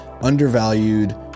undervalued